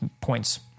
points